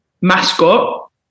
mascot